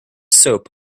soap